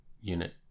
unit